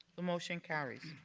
the motion carries.